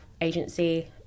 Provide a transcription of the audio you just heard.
agency